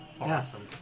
Awesome